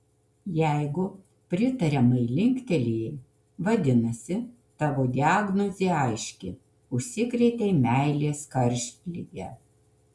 jeigu pritariamai linktelėjai vadinasi tavo diagnozė aiški užsikrėtei meilės karštlige